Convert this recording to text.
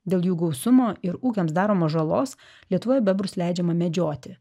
dėl jų gausumo ir ūkiams daromos žalos lietuvoje bebrus leidžiama medžioti